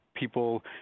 people